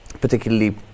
particularly